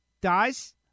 dies